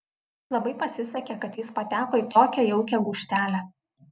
labai pasisekė kad jis pateko į tokią jaukią gūžtelę